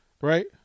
right